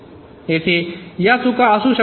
येथे या चुका असू शकतात